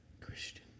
Christian